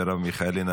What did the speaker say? מרב מיכאלי,